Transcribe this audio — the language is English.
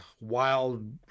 wild